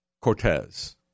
Cortez